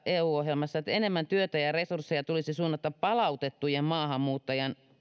eu ohjelmassa puhutaan tällaisesta että enemmän työtä ja resursseja tulisi suunnata palautettujen maahanmuuttajien